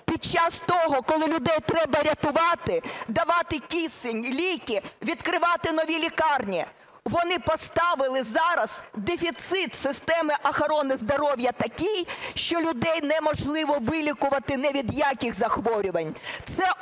під час того, коли людей треба рятувати, давати кисень, ліки, відкривати нові лікарні, вони поставили зараз дефіцит системи охорони здоров'я такий, що людей неможливо вилікувати ні від яких захворювань.